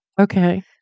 Okay